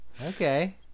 okay